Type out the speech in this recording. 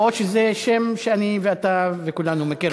או שזה שם שאתה ואני וכולנו מכירים.